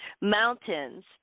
mountains